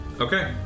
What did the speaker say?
Okay